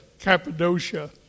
Cappadocia